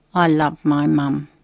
i love my mum.